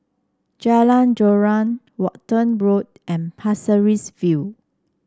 Jalan Joran Walton Road and Pasir Ris View